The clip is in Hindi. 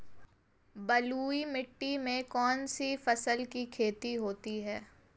बलुई मिट्टी में कौनसी फसल की खेती होती है?